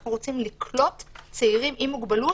אנחנו רוצים לקלוט צעירים עם מוגבלות,